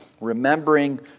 remembering